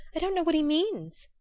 i don't know what he means,